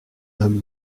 homme